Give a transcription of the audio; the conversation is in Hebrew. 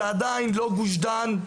זה לא גוש דן,